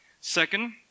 Second